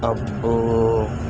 అబ్బో